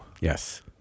yes